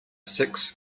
six